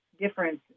difference